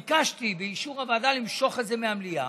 ביקשתי, באישור הוועדה, למשוך את זה מהמליאה,